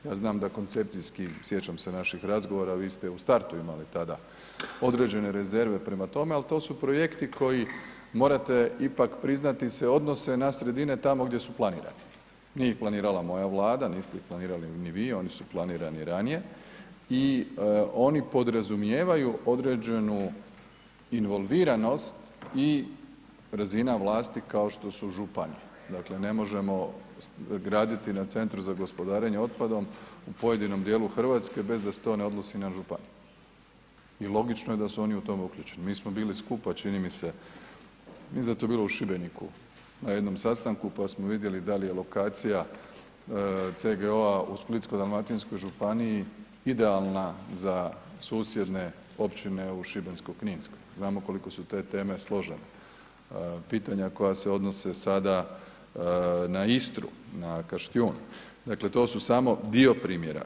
Ja znam da koncepcijski, sjećam se naših razgovora, vi ste u startu imali tada određene rezerve prama tome, al to su projekti koji morate ipak priznati se odnose na sredine tamo gdje su planirani, nije ih planirala moja Vlada, niste ih planirali ni vi, oni su planirani ranije i oni podrazumijevaju određenu involviranost i razina vlasti kao što su županije, dakle ne možemo graditi na Centru za gospodarenje otpadom u pojedinom dijelu RH bez da se to ne odnosi na županije i logično je da su oni u tome uključeni, mi smo bili skupa čini mi se, mislim da je to bilo u Šibeniku na jednom sastanku, pa smo vidjeli dal je lokacija CGO-a u Splitsko-dalmatinskoj županiji idealna za susjedne općine u Šibensko-kninskoj, znamo koliko su te teme složene, pitanja koja se odnose sada na Istru, na Kaštijun, dakle to su samo dio primjera.